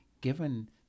given